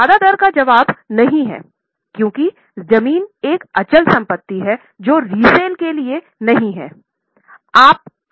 ज्यादातर का जवाब नहीं है क्योंकि ज़मीन एक अचल संपत्ति है जो रेशेल के लिए नहीं हैं